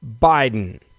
Biden